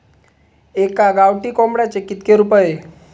एका गावठी कोंबड्याचे कितके रुपये?